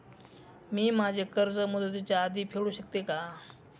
मी माझे कर्ज मुदतीच्या आधी फेडू शकते का?